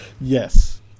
Yes